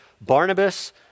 Barnabas